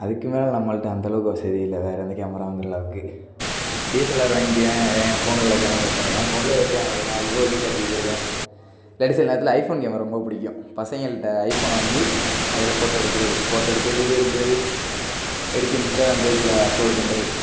அதுக்கு மேல் நம்மள்ட்ட அந்தளவுக்கு வசதி இல்லை வேறு எந்த கேமரா வாங்கறளவுக்கு டிஎஸ்எல்ஆர் வாங்கிக்குவேன் இல்லைனா என் ஃபோனில் உள்ள கேமரா எடுப்பேன் என் ஃபோன்லேயும் ஒரு கே நான் விவோ வி தேர்ட்டி வச்சிருக்கேன் லேட்டஸ்ட்டாக எல்லாத்துக்கும் ஐஃபோன் கேமரா ரொம்ப பிடிக்கும் பசங்கள்கிட்ட ஐஃபோனை வாங்கி அதில் ஃபோட்டோ எடுக்கிறது ஃபோட்டோ எடுக்க வீடியோ எடுக்கிறது எடுத்து இன்ஸ்டாக்ராம் பேஜில் அப்லோடு பண்ணுறது